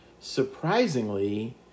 surprisingly